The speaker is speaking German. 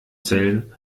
zellen